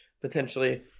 potentially